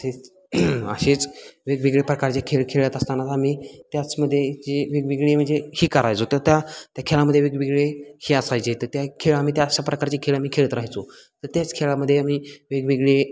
असेच असेच वेगवेगळे प्रकारचे खेळ खेळत असतानाच आम्ही त्याचमध्ये जे वेगवेगळे म्हणजे ही करायचो तर त्या त्या खेळामध्ये वेगवेगळे ही असायचे तर त्या खेळ आम्ही त्या अशा प्रकारचे खेळ आम्ही खेळत राहायचो तर त्याच खेळामध्ये आम्ही वेगवेगळे